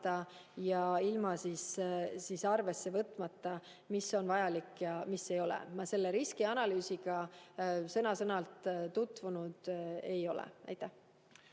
kaalumata või arvesse võtmata, mis on vajalik ja mis ei ole. Ma selle riskianalüüsiga sõna-sõnalt tutvunud ei ole. Rene